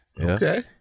Okay